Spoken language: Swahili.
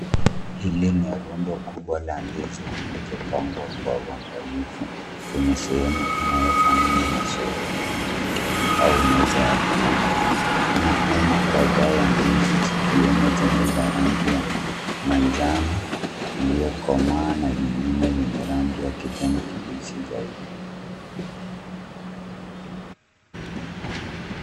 Hili ni rundo kubwa la ndizi zilizopangwa kwa uangalifu kwenye sehemu inayofanana na soko au meza ya kuuza. Kuna aina kadhaa ya ndizi zikiwemo zile za rangi ya manjano iliyokomaa na zingine zenye rangi ya kijani kibichi zaidi.